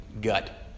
gut